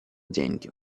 деньги